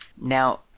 Now